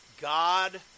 God